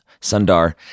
Sundar